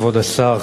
כבוד השר,